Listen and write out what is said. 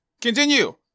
Continue